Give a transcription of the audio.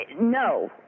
No